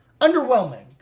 Underwhelming